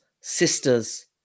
sisters